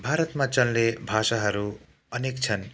भारतमा चल्ने भाषाहरू अनेक छन्